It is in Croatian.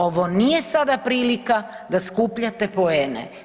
Ovo nije sada prilika da skupljate poene.